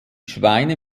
schweine